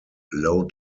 low